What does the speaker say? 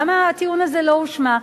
למה הטיעון הזה לא הושמע?